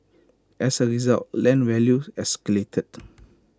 as A result land values escalated